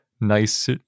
nice